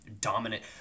dominant